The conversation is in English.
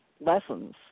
lessons